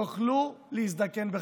יוכלו להזדקן בכבוד.